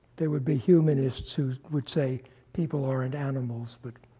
there would be humanists who would say people aren't animals, but.